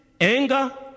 anger